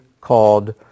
called